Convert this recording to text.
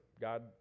God